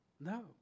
No